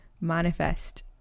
manifest